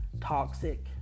toxic